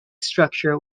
structure